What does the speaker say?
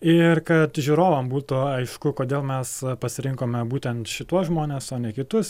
ir kad žiūrovam būtų aišku kodėl mes pasirinkome būtent šituos žmones o ne kitus